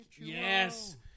Yes